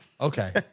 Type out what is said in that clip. okay